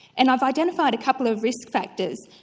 and i've identified a couple of risk factors.